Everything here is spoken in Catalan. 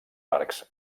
arcs